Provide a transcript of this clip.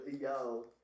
Yo